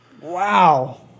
Wow